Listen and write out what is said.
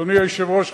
אדוני היושב-ראש,